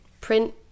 print